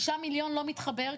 6 מיליון לא מתחבר,